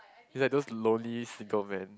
he's like those lonely single man